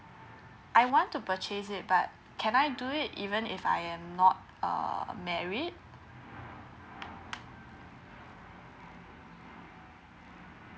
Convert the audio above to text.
I want to purchase it but can I do it even if I am not uh married